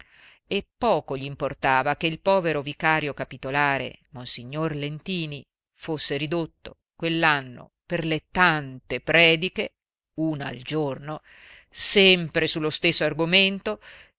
e poco gl'importava che il povero vicario capitolare monsignor lentini fosse ridotto quell'anno per le tante prediche una al giorno sempre su lo stesso argomento